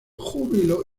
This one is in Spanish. júbilo